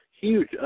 huge